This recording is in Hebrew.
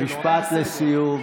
משפט לסיום.